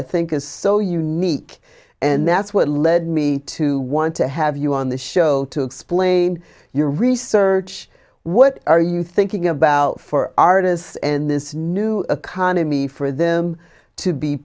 i think is so unique and that's what led me to want to have you on the show to explain your research what are you thinking about for artists in this new economy for them to be